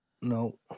no